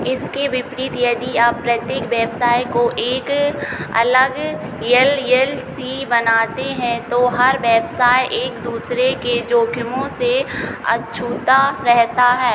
इसके विपरीत यदि आप प्रत्येक व्यवसाय को एक अलग यल यल सी बनाते हैं तो हर व्यवसाय एक दूसरे के जोखिमों से अछूता रहता है